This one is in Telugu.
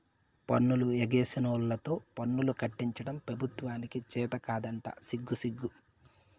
పన్నులు ఎగేసినోల్లతో పన్నులు కట్టించడం పెబుత్వానికి చేతకాదంట సిగ్గుసిగ్గు